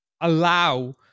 allow